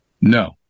No